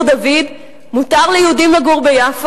מותר ליהודים לגור בעיר-דוד,